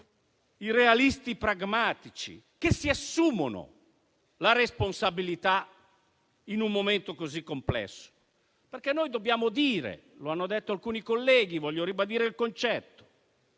i realisti pragmatici, che si assumono la responsabilità in un momento così complesso? Noi infatti, dobbiamo dire, come hanno fatto alcuni colleghi e io desidero ribadire il concetto,